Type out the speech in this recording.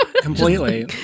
Completely